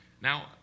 Now